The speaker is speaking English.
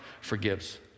forgives